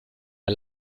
der